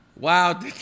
Wow